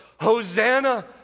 Hosanna